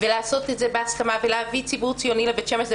לעשות את זה בהסכמה ולהביא ציבור ציוני לבית שמש.